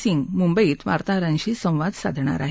सिंग मुंबईत वार्ताहरांशी संवाद साधणार आहेत